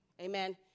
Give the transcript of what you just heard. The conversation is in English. Amen